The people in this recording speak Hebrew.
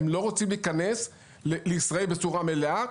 הם לא רוצים להיכנס לישראל בצורה מלאה,